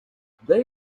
they